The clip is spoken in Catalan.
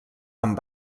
amb